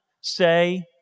say